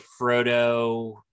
Frodo